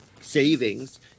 savings